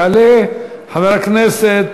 יעלה סגן השר חבר הכנסת